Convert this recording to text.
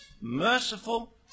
merciful